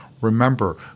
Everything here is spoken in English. remember